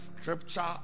scripture